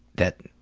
that